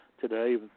today